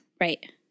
Right